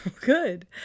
good